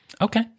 Okay